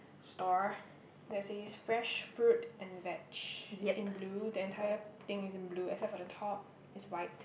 store that says fresh fruit and veg in blue the entire thing is in blue except for the top is white